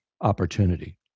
opportunity